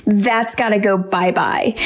that's got to go bye-bye.